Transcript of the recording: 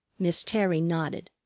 miss terry nodded.